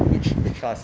which which class